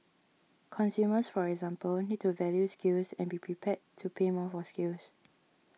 consumers for example need to value skills and be prepared to pay more for skills